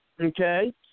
okay